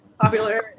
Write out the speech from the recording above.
popular